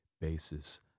basis